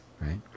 right